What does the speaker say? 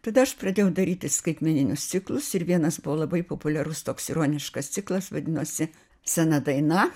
tada aš pradėjau daryti skaitmeninius ciklus ir vienas buvo labai populiarus toks ironiškas ciklas vadinosi sena daina